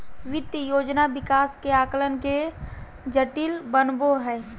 वित्त योजना विकास के आकलन के जटिल बनबो हइ